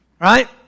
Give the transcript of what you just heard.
Right